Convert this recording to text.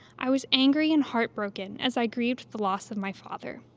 i was angry and heartbroken as i grieved the loss of my father.